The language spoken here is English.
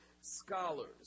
scholars